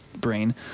brain –